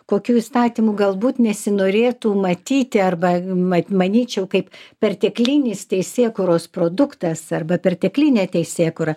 kokių įstatymų galbūt nesinorėtų matyti arba mat manyčiau kaip perteklinis teisėkūros produktas arba perteklinė teisėkūra